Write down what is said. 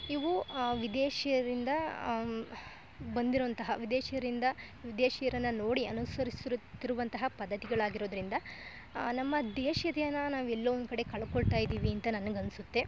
ಇವು ವಿದೇಶಿಯರಿಂದ ಬಂದಿರುವಂತಹ ವಿದೇಶಿಯರಿಂದ ವಿದೇಶಿಯರನ್ನು ನೋಡಿ ಅನುಸರಿಸಿರುತ್ತಿರುವಂತಹ ಪದ್ದತಿಗಳಾಗಿರೋದ್ರಿಂದ ನಮ್ಮ ದೇಶಿಯತೆಯನ್ನು ನಾವು ಎಲ್ಲೋ ಒಂದು ಕಡೆ ಕಳ್ಕೊಳ್ತಾ ಇದ್ದೀವಿ ಅಂತ ನನ್ಗೆ ಅನಿಸುತ್ತೆ